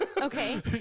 Okay